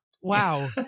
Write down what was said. Wow